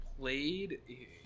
played